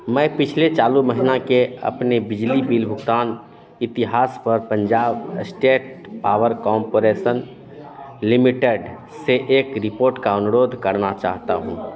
मैं पिछले चालू महीने के अपने बिजली बिल भुगतान इतिहास पर Punjab state power corporation limited से एक रिपोर्ट का अनुरोध करना चाहता हूँ